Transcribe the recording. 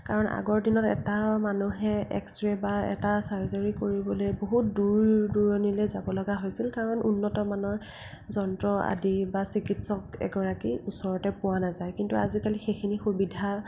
কাৰণ আগৰ দিনত এটা মানুহে এক্সৰে বা এটা ছাৰ্জাৰি কৰিবলৈ বহুত দূৰ দূৰণিলৈ যাব লগা হৈছিল কাৰণ উন্নতমানৰ যন্ত্ৰ আদি বা চিকিৎসক এগৰাকী ওচৰতে পোৱা নাযায় কিন্তু আজিকালি সেইখিনি সুবিধা